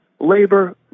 labor